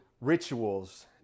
rituals